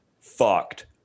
fucked